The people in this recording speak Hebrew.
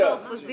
יכול להביא.